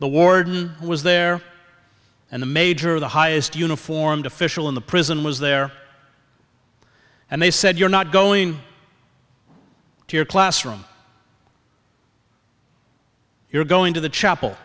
the warden was there and the major the highest uniformed official in the prison was there and they said you're not going to your classroom you're going to the chapel